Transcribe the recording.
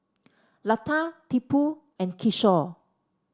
Lata Tipu and Kishore